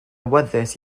awyddus